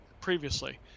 previously